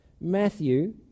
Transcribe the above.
matthew